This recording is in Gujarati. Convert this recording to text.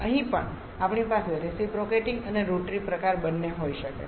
અહીં પણ આપણી પાસે રેસીપ્રોકેટીંગ અને રોટરી પ્રકાર બંને હોઈ શકે છે